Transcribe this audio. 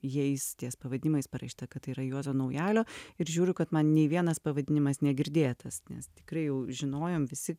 jais ties pavadinimais parašyta kad tai yra juozo naujalio ir žiūriu kad man nei vienas pavadinimas negirdėtas nes tikrai jau žinojom visi